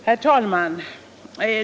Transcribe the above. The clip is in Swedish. Herr talman!